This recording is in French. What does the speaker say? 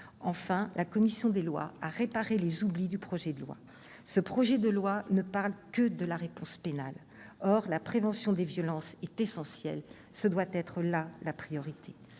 Enfin, la commission des lois a réparé les oublis du projet de loi. Ce texte ne parle en effet que de la réponse pénale. Or la prévention des violences est essentielle ! Cela doit être la priorité.